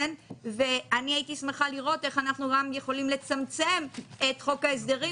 הייתי שמחה לראות איך אנחנו יכולים לצמצם את חוק ההסדרים,